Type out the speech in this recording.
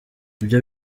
ibyo